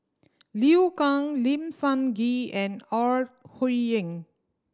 Liu Kang Lim Sun Gee and Ore Huiying